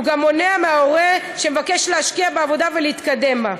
הוא גם מונע מההורה שמבקש להשקיע בעבודתו ולהתקדם בה,